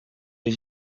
des